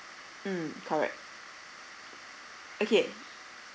mm correct okay